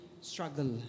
struggle